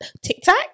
TikTok